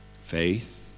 Faith